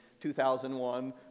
2001